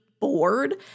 bored